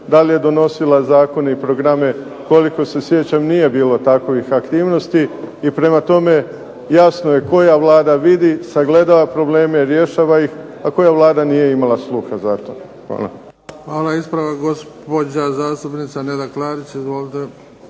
da li je donosila zakone i programe, koliko se sjećam nije bilo takovih aktivnosti i prema tome jasno je koja Vlada vidi, koja sagledava probleme, riješava ih a koja Vlada nije imala sluha za to. **Bebić, Luka (HDZ)** Hvala. Ispravak gospođa zastupnica Neda Klarić.